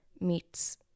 meets